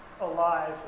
alive